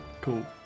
Cool